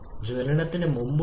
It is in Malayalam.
6 ഈ dcv cv ഇത് 1